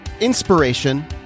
inspiration